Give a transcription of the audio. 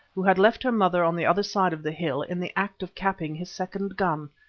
who had left her mother on the other side of the hill, in the act of capping his second gun.